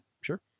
sure